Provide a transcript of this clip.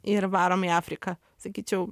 ir varom į afriką sakyčiau